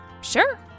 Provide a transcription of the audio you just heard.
Sure